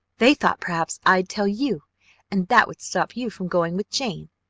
they thought perhaps i'd tell you and that would stop you from going with jane.